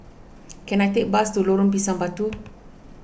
can I take a bus to Lorong Pisang Batu